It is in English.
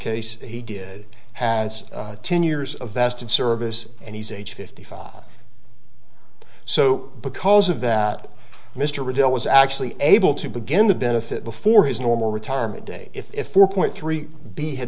case he did has ten years of vested service and he's age fifty five so because of that mr riddell was actually able to begin the benefit before his normal retirement day if four point three b had